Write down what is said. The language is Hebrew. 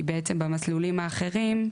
כי בעצם במסלולים האחרים,